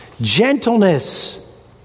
gentleness